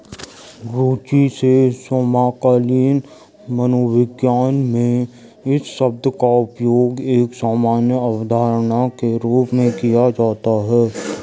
रूचि के समकालीन मनोविज्ञान में इस शब्द का उपयोग एक सामान्य अवधारणा के रूप में किया जाता है